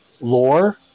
lore